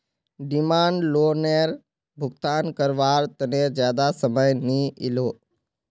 demand लोअनेर भुगतान कारवार तने ज्यादा समय नि इलोह